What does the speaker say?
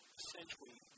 essentially